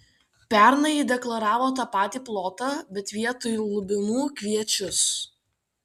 pernai ji deklaravo tą patį plotą bet vietoj lubinų kviečius